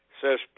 Says